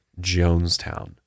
Jonestown